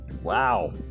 wow